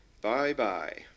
Bye-bye